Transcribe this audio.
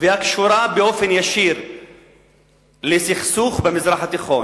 והקשורה באופן ישיר לסכסוך במזרח התיכון,